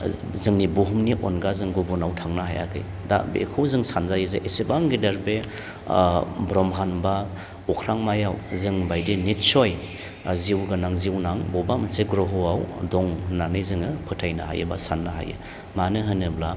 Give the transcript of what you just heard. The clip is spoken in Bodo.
जोंनि बुहुमनि अनगा जों गुबुनाव थांनो हायाखै दा बेखौ जों सानजायो जे एसेबां गेदेर बे ओ ब्रह्मान्ड बा अख्रांमायाव जोंबायदि नितस्य जिउ गोनां जिउनां अबेबा मोनसे ग्रह'आव दं होननानै जोङो फोथायनो हायो बा साननो हायो मानो होनोब्ला